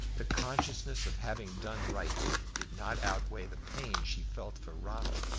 the consciousness of having done right did not outweigh the pain she felt for ronald,